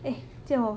eh jia hong